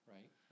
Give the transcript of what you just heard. Right